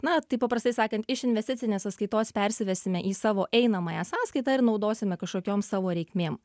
na taip paprastai sakant iš investicinės sąskaitos persivesime į savo einamąją sąskaitą ir naudosime kažkokiom savo reikmėm